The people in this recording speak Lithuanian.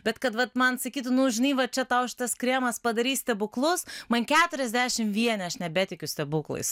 bet kad vat man sakytų nu žinai va čia tau šitas kremas padarys stebuklus man keturiasdešim vieni aš nebetikiu stebuklais